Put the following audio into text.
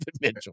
Mitchell